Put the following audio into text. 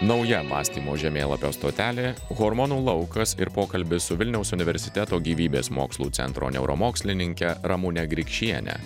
nauja mąstymo žemėlapio stotelė hormonų laukas ir pokalbis su vilniaus universiteto gyvybės mokslų centro neuromokslininke ramune grikšiene